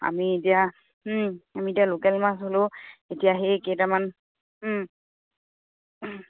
আমি এতিয়া আমি এতিয়া লোকেল মাছ হ'লেও এতিয়া সেই কেইটামান